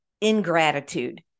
ingratitude